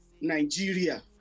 Nigeria